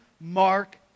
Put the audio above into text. mark